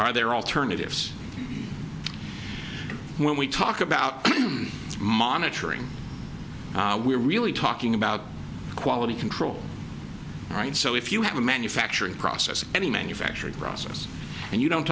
are there alternatives when we talk about monitoring we're really talking about quality control right so if you have a manufacturing process or any manufacturing process and you don't